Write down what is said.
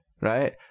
Right